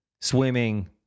swimming